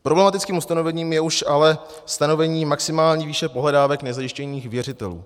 Problematickým ustanovením je už ale stanovení maximální výše pohledávek nezajištěných věřitelů.